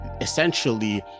essentially